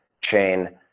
chain